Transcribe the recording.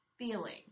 Feeling